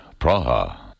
Praha